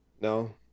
no